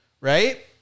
right